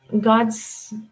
God's